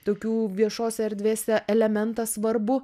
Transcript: tokių viešose erdvėse elementą svarbų